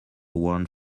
one